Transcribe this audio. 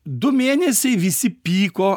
du mėnesiai visi pyko